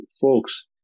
folks